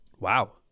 wow